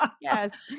yes